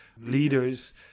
leaders